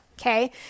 Okay